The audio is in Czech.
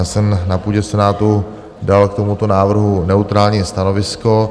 Já jsem na půdě senátu dal k tomuto návrhu neutrální stanovisko.